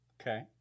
okay